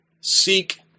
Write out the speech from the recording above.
Seek